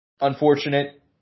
Unfortunate